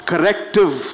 Corrective